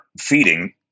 feeding